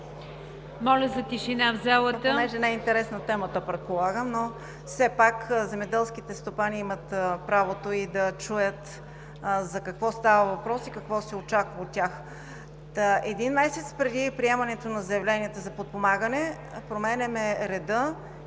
Моля за тишина в залата!